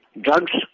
Drugs